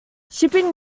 shipping